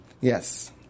Yes